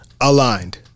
aligned